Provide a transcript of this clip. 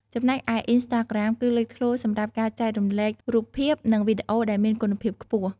ចំណែកឯ អ៊ីនស្តាក្រាម គឺលេចធ្លោសម្រាប់ការចែករំលែករូបភាព និងវីដេអូដែលមានគុណភាពខ្ពស់។